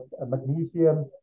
magnesium